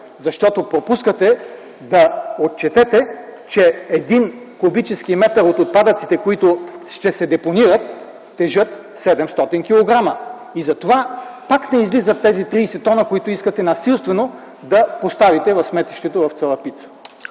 защото пропускате да отчетете, че един кубически метър от отпадъците, които ще се депонират, тежи 700 кг. Затова пак не излизат тези 30 тона, които искате насилствено да поставите в сметището в Цалапица.